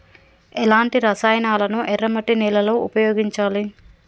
ఎలాంటి రసాయనాలను ఎర్ర మట్టి నేల లో ఉపయోగించాలి?